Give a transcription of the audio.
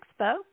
Expo